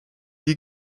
die